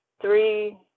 three